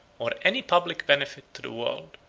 or any public benefit to the world.